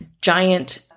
giant